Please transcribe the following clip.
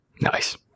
Nice